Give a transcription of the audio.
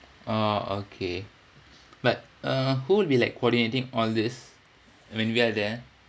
oh okay but uh who'll be like coordinating all these when we are there